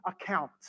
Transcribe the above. account